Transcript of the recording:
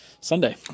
Sunday